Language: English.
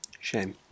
Shame